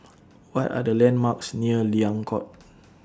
What Are The landmarks near Liang Court